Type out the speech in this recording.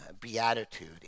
Beatitude